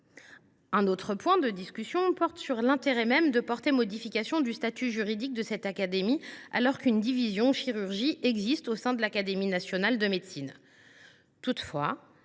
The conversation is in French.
Un autre point de discussion porte sur l’intérêt même de porter modification du statut juridique de cette académie alors qu’une division Chirurgie et spécialités chirurgicales existe au sein de l’Académie nationale de médecine. Toutefois,